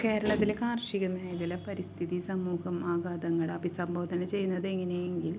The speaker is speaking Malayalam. കേരളത്തിലെ കാർഷിക മേഖല പരിസ്ഥിതി സമൂഹം ആഘാതങ്ങൾ അഭിസംബോധന ചെയ്യുന്നതെങ്ങനെയെങ്കിൽ